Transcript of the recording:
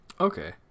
okay